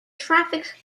traffic